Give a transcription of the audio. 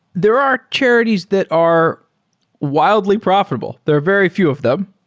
there are charities that are wildly profitable. there are very few of them,